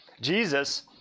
Jesus